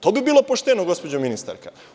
To bi bilo pošteno, gospođo ministarka.